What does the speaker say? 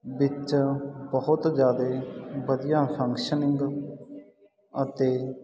ਵਿੱਚ ਬਹੁਤ ਜ਼ਿਆਦਾ ਵਧੀਆ ਫੰਕਸ਼ਨਿੰਗ ਅਤੇ